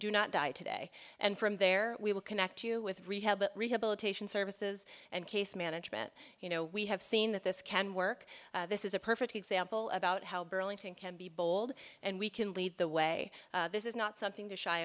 do not die today and from there we will connect you with rehab rehabilitation services and case management you know we have seen that this can work this is a perfect example about how burlington can be bold and we can lead the way this is not something to shy